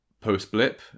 post-blip